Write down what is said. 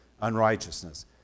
unrighteousness